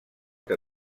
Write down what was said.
que